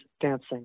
dancing